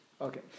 Okay